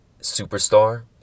superstar